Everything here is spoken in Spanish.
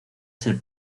ser